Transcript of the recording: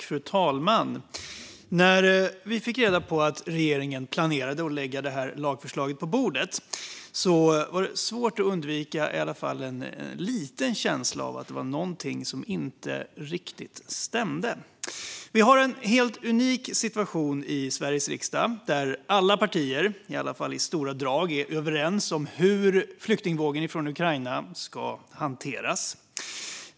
Fru talman! När vi fick reda på att regeringen planerade att lägga detta lagförslag på bordet var det svårt att undvika i alla fall en liten känsla av att det var något som inte riktigt stämde. Vi har en helt unik situation i Sveriges riksdag, där alla partier, i alla fall i stora drag, är överens om hur flyktingvågen från Ukraina ska hanteras.